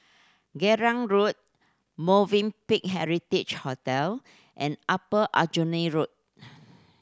Geylang Road Movenpick Heritage Hotel and Upper Aljunied Road